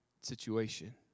situation